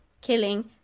killing